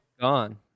Gone